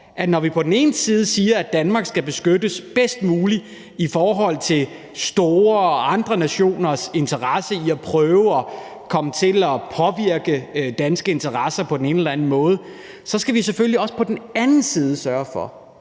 når vi på den ene side siger, at Danmark skal beskyttes bedst muligt mod store og andre nationers interesse i at prøve at komme til at påvirke danske interesser på den ene eller den anden måde, skal vi selvfølgelig også på den anden side sørge for,